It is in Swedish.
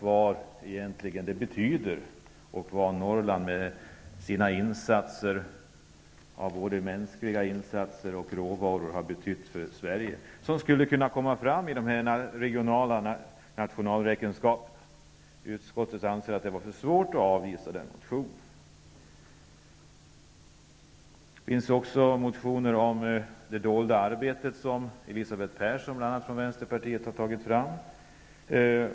Vad t.ex. Norrland med sina mänskliga insatser och råvaror har betytt för Sverige skulle kunna komma fram i en regional nationalräkenskap. Utskottet har ansett att det var för svårt att avvisa den motionen. Det finns också motioner om det dolda arbetet, som bl.a. Elisabeth Persson från Vänsterpartiet har tagit upp.